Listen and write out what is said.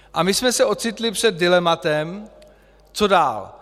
A my jsme se ocitli před dilematem, co dál.